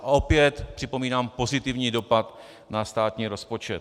Opět připomínám pozitivní dopad na státní rozpočet.